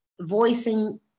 voicing